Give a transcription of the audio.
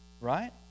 Right